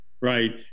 right